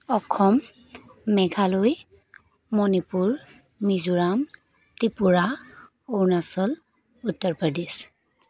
Assam Meghalaya Manipur Mizoram Tripura Arunachal Uttar Pradesh